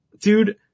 dude